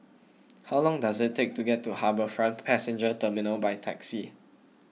how long does it take to get to HarbourFront Passenger Terminal by taxi